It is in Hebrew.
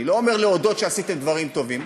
אני לא אומר להודות: עשיתם דברים טובים,